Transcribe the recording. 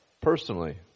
personally